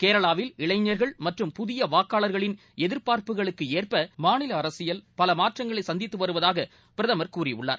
கேரளாவில் இளைஞர்கள் மற்றும் புதிய வாக்காளர்களின் எதிர்பார்ப்புகளுக்கு ஏற்ப மாநில அரசியல் பல மாற்றங்களை சந்தித்து வருவதாக பிரதமர் கூறியுள்ளார்